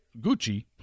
Gucci